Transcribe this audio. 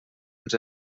ens